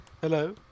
Hello